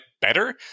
better